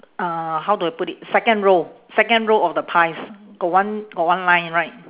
uh how do I put it second row second row of the pies got one got one line right